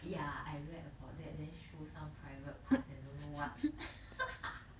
ya I read about that then show some private parts and don't know what what